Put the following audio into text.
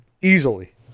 easily